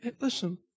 Listen